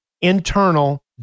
internal